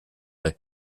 laid